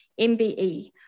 MBE